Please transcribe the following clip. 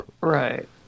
right